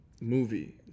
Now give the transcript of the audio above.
movie